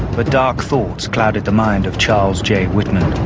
but dark thoughts clouded the mind of charles j whitman.